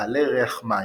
"בעלי ריח מים",